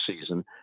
season